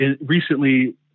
recently